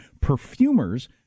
perfumers